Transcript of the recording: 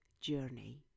journey